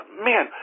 man